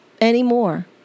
anymore